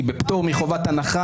היא בפטור מחובת הנחה?